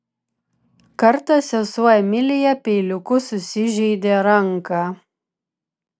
kartą sesuo emilija peiliuku susižeidė ranką